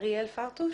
אריאל פרטוש,